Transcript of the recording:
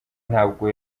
ntabwo